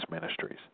Ministries